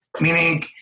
Meaning